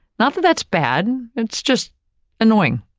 not that that's bad, it's just annoying,